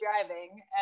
driving